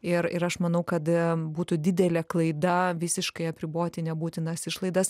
ir ir aš manau kad būtų didelė klaida visiškai apriboti nebūtinas išlaidas